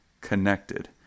connected